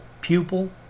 pupil